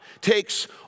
takes